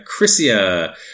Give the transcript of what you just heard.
Chrissia